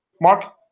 Mark